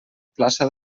plaça